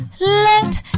Let